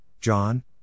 John